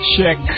Check